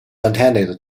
attended